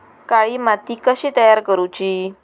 काळी माती कशी तयार करूची?